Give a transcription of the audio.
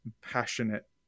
passionate